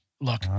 look